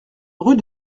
rue